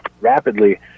rapidly